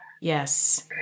Yes